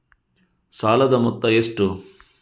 ಸಾಲದ ಮೊತ್ತ ಎಷ್ಟು?